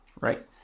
right